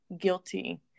guilty